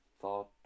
thought